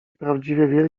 prawdziwie